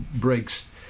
breaks